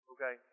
Okay